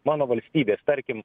mano valstybės tarkim